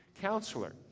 counselor